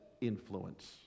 influence